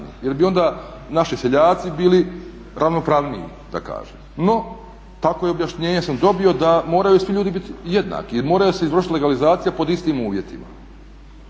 jer bi onda naši seljaci bili ravnopravniji da kažem. No, takvo objašnjenje sam dobio da moraju svi ljudi biti jednaki. Mora se izvršiti legalizacija pod istim uvjetima.